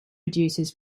reduces